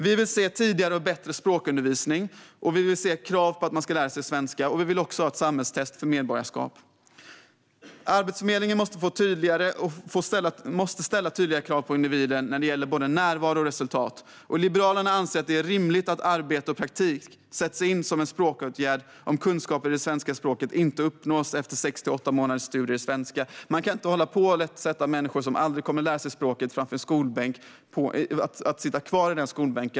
Vi vill se tidigare och bättre språkundervisning, och vi vill se krav på att man ska lära sig svenska. Vi vill också ha ett samhällstest för medborgarskap. Arbetsförmedlingen måste få ställa tydligare krav på individen när det gäller både närvaro och resultat, och Liberalerna anser att det är rimligt att arbete och praktik sätts in som en språkåtgärd om kunskaper i det svenska språket inte uppnås efter sex till åtta månaders studier i svenska. Man kan inte hålla på och sätta människor som aldrig kommer att lära sig språket i en skolbänk och låta dem sitta kvar där.